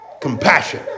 Compassion